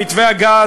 במתווה הגז,